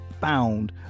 found